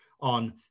on